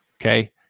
Okay